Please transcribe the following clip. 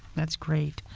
that's great.